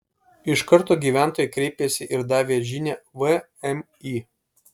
iš karto gyventojai kreipėsi ir davė žinią vmi